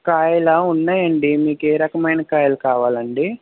కాయలా ఉన్నాయండి మీకు ఏరకమయిన కాయలు కావాలండి